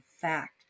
fact